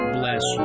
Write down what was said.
bless